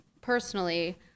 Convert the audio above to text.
personally